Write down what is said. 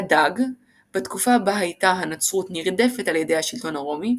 "הדג" – בתקופה בה הייתה הנצרות נרדפת על ידי השלטון הרומי,